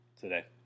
today